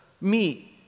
meet